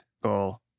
goal